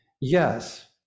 yes